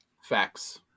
Facts